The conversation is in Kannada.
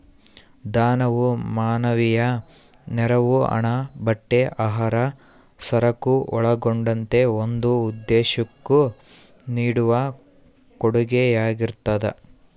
ದಾನವು ಮಾನವೀಯ ನೆರವು ಹಣ ಬಟ್ಟೆ ಆಹಾರ ಸರಕು ಒಳಗೊಂಡಂತೆ ಒಂದು ಉದ್ದೇಶುಕ್ಕ ನೀಡುವ ಕೊಡುಗೆಯಾಗಿರ್ತದ